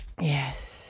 Yes